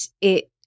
it-